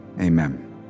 Amen